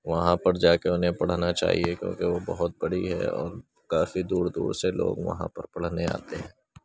وہاں پر جا کے انہیں پڑھنا چاہیے کیونکہ وہ بہت بڑی ہے اور کافی دور دور سے لوگ وہاں پر پڑھنے آتے ہیں